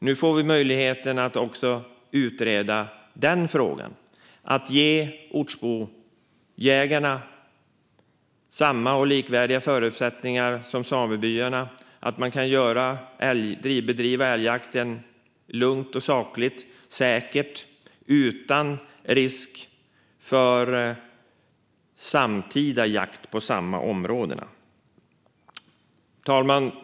Nu får vi möjlighet att utreda även den frågan och ge ortsbojägarna samma och likvärdiga förutsättningar som samebyarna så att de kan bedriva älgjakten lugnt, sakligt och säkert - utan risk för samtidig jakt på samma områden. Fru talman!